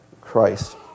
Christ